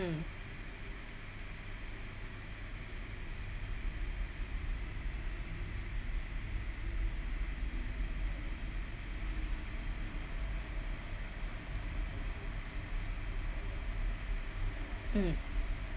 mm